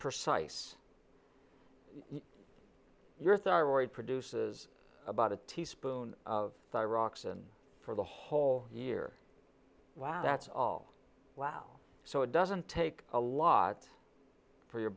precise your thyroid produces about a teaspoon of thyroxin for the whole year wow that's all wow so it doesn't take a lot for your